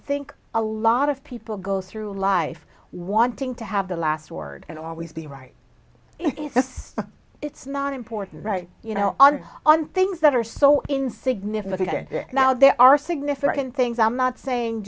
think a lot of people go through life wanting to have the last word and always be right it's just it's not important right you know on things that are so insignificant now there are significant things i'm not saying